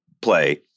play